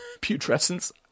putrescence